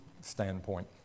standpoint